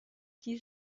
die